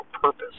purpose